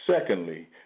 Secondly